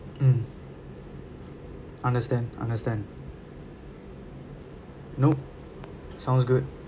mm understand understand nope sounds good